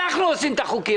אנחנו מחוקקים את החוקים.